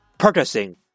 purchasing